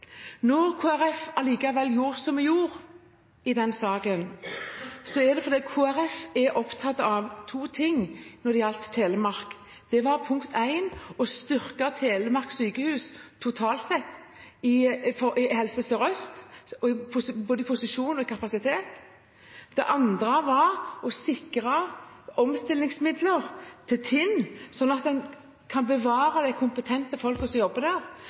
Når Kristelig Folkeparti allikevel gjorde som vi gjorde i den saken, var det fordi Kristelig Folkeparti var opptatt av to ting når det gjaldt Telemark. Det ene var å styrke Telemark sykehus totalt sett i Helse Sør-Øst, både i posisjon og i kapasitet. Det andre var å sikre omstillingsmidler til Tinn, slik at en kan bevare de kompetente menneskene som jobber der,